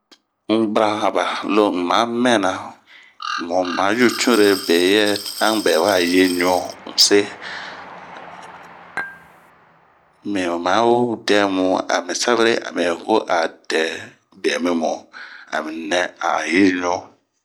N'bara hanba lo n'ma mɛnɛ yu, lomu ma yun tiunre be yɛ a nbɛ waɲ yiu ɲuu bɛ n'se. Mi ma huo dɛmu biemimu ,ami nɛ a n'yi ɲu.